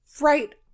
right